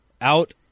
out